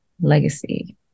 legacy